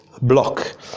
block